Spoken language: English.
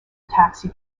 taxi